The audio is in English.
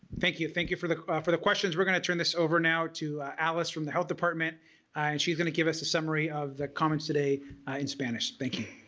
thank you thank you for the ah for the questions. we're going to turn this over now to alice from the health department and she's going to give us a summary of the comments today in spanish. thank